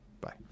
Bye